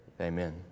Amen